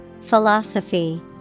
Philosophy